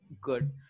Good